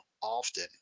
often